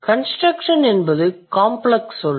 construction என்பது complex சொல்